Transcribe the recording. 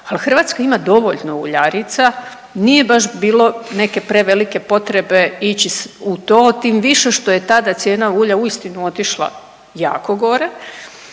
al Hrvatska ima dovoljno uljarica, nije baš bilo neke prevelike potrebe ići u to, tim više što je tada cijena ulja uistinu otišla jako gore,